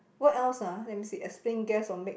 what else ah let me see explain guess or make